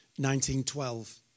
1912